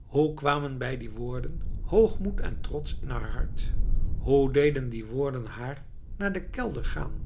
hoe kwamen bij die woorden hoogmoed en trots in haar hart hoe deden die woorden haar naar den kelder gaan